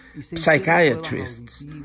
psychiatrists